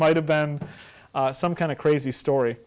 might have been some kind of crazy story